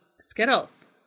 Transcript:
Skittles